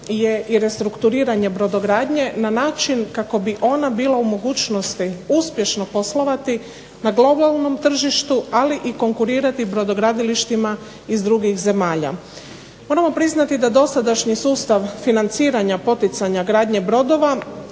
i restrukturiranje brodogradnje na način kako bi ona bila u mogućnosti uspješno poslovati na globalnom tržištu, ali i konkurirati brodogradilištima iz drugih zemalja. Moramo priznati da dosadašnji sustav financiranja poticanja gradnje brodova